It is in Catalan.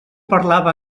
parlava